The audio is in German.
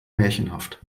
märchenhaft